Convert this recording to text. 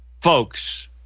folks